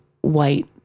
white